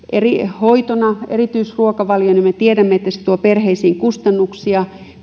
hoitona erityisruokavalion gluteeniton ruokavalio on ainut hoito ja me tiedämme että se tuo perheisiin kustannuksia